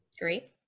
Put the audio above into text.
Great